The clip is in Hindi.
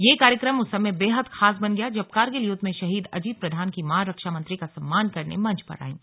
ये कार्यक्रम उस समय बेहद खास बन गया जब कारगिल युद्ध में शहीद अजीत प्रधान की मां रक्षा मंत्री का सम्मान करने मंच पर आईँ